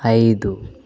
ఐదు